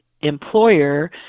employer